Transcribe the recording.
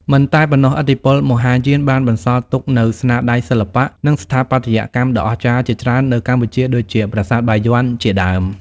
មិនតែប៉ុណ្ណោះឥទ្ធិពលមហាយានបានបន្សល់ទុកនូវស្នាដៃសិល្បៈ និងស្ថាបត្យកម្មដ៏អស្ចារ្យជាច្រើននៅកម្ពុជា ដូចជាប្រាសាទបាយ័នជាដើម។